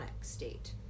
state